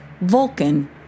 Vulcan